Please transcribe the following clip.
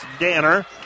Danner